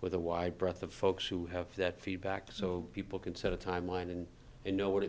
with a wide breadth of folks who have that feedback so people can set a timeline and know what it